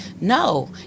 no